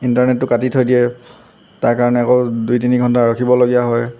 ইণ্টাৰনেটটো কাটি থৈ দিয়ে তাৰকাৰণে আকৌ দুই তিনি ঘণ্টা ৰখিবলগীয়া হয়